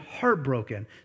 heartbroken